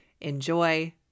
enjoy